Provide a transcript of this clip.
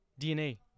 DNA